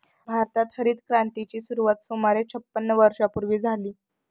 भारतात हरितक्रांतीची सुरुवात सुमारे छपन्न वर्षांपूर्वी झाली